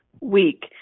week